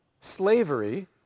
slavery